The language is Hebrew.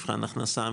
מבחן הכנסה,